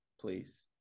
please